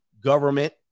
government